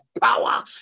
power